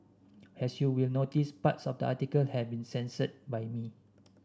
as you will notice parts of the article have been censored by me